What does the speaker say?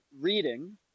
reading